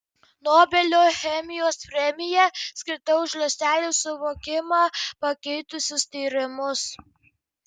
nobelio chemijos premija skirta už ląstelių suvokimą pakeitusius tyrimus